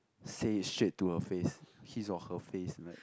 say it straight to her face his or her face